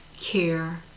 care